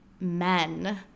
men